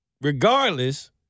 regardless